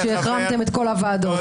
כשהחרמתם את כל הוועדות.